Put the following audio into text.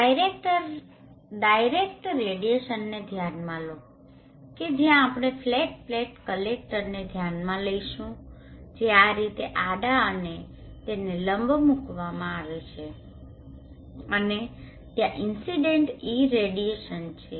direct રેડીયેશનને ધ્યાનમાં લો કે જ્યાં આપણે ફ્લેટ પ્લેટ કલેક્ટરને ધ્યાનમાં લઈશું જે આ રીતે આડા અને તેને લંબ મુકવામાં આવે છે અને ત્યાં ઇન્સીડેન્ટ ઈરરેડીયેશન છે